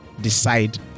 decide